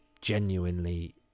genuinely